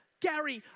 gary,